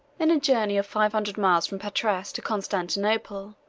in a journey of five hundred miles from patras to constantinople,